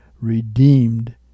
redeemed